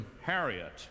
Harriet